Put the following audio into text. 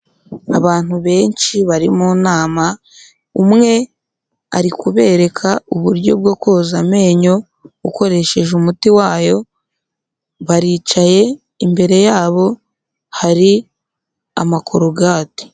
Abantu benshi bari mu nama, umwe ari kubereka uburyo bwo koza amenyo ukoresheje umuti wayo, baricaye imbere yabo hari amakorogate.